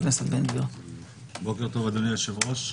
בוקר טוב, אדוני היושב-ראש.